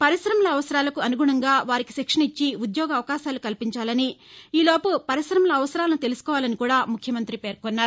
పర్కిశమల అవసరాలకు అనుగుణంగా వారికి శిక్షణ ఇచ్చి ఉద్యోగావకాశాలు కల్గించాలని ఈ లోపు పరికమల అవసరాలను తెలసుకోవాలని కూడా ముఖ్యమంతి పేర్కొన్నారు